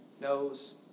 knows